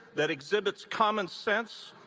that exhibits common sense,